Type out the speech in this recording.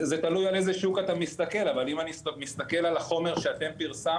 זה תלוי על איזה שוק אתה מסתכל אבל אם אני מסתכל על החומר שאתם פרסמתם,